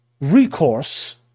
recourse